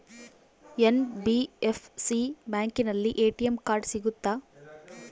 NBFC ಬ್ಯಾಂಕಿನಲ್ಲಿ ATM card ಸಿಗುತ್ತಾ?